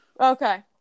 Okay